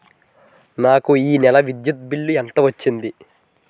నాకు ఈ నెల విద్యుత్ బిల్లు ఎంత వచ్చింది?